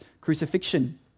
crucifixion